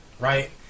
Right